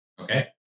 Okay